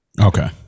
Okay